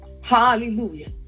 hallelujah